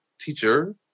teacher